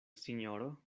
sinjoro